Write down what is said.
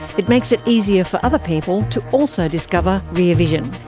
it makes it easier for other people to also discover rear vision.